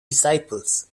disciples